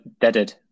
deaded